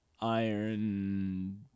Iron